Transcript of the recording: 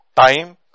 time